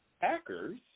Packers